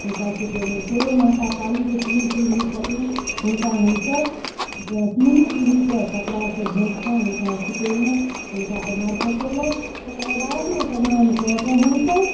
हुनका सुतेलहुँ फेर माता काली जे तीन पीढ़ी छथिन हुनका हमसभ तीनू पीढ़ीके कपड़ासँ झाँपिकऽ हुनका सुतेलहुँ हुनका ओहार खसेलहुँ ओकर बादमे प्रणाम कऽ कऽ हमसभ